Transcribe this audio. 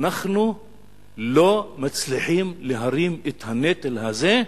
אנחנו לא מצליחים להרים את הנטל הזה,